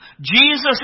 Jesus